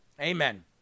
Amen